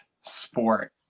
sport